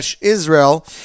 Israel